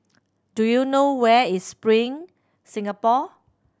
do you know where is Spring Singapore